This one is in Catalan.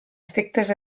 efectes